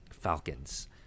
Falcons